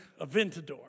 Aventador